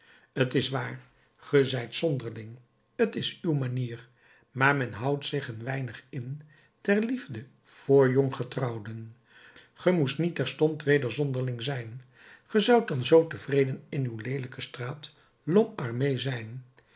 t is waar ge zijt zonderling t is uw manier maar men houdt zich een weinig in ter liefde voor jonggetrouwden ge moest niet terstond weder zonderling zijn ge zoudt dan zoo tevreden in uw leelijke straat lhomme armé zijn